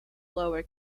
lower